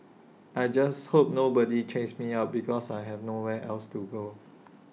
I just hope nobody chases me out because I have nowhere else to go